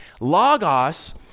Logos